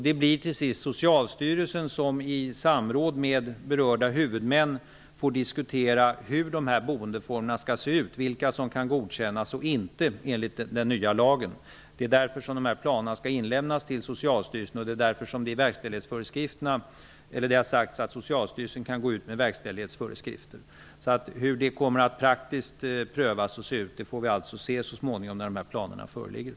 Det är till sist Socialstyrelsen som i samråd med berörda huvudmän får diskutera hur dessa boendeformer skall se ut, vilka som kan godkännas och inte godkännas enligt den nya lagen. Det är därför som dessa planer skall inlämnas till Socialstyrelsen och som det har sagts att Socialstyrelsen kan utfärda verkställighetsföreskrifter. Hur det kommer att praktiskt prövas och se ut får vi småningom se när planerna föreligger.